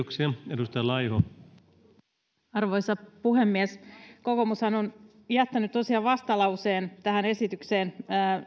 arvoisa puhemies kokoomushan on tosiaan jättänyt vastalauseen tähän esitykseen